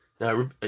Now